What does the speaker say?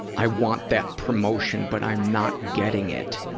i want that promotion, but i'm not getting it,